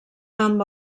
amb